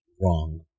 wrong